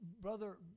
Brother